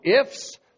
ifs